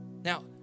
Now